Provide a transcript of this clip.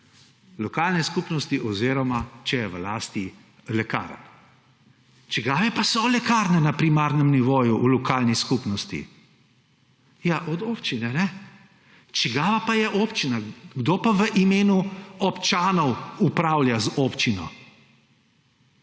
lokalne skupnosti oziroma če sta v lasti lekarn. Čigave pa so lekarne na primarnem nivoju v lokalni skupnosti? Ja od občine. Čigava pa je občina, kdo pa v imenu občanov upravlja z občino?